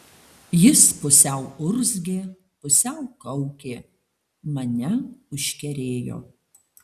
jis pusiau urzgė pusiau kaukė mane užkerėjo